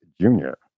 Junior